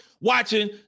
watching